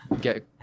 get